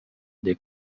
des